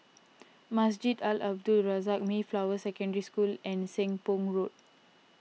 Masjid Al Abdul Razak Mayflower Secondary School and Seng Poh Road